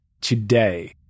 today